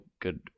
good